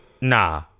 Nah